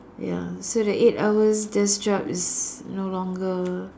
ya so that eight hours that's job is no longer